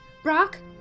Brock